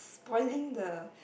boiling the